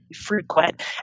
frequent